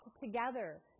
together